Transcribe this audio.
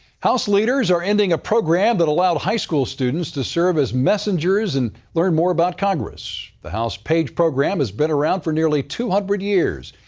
house leaders are ending a program that allowed high school students to serve as messengers and learn more about congress. the house page program has been around for nearly two hundred years.